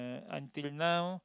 until now